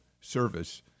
service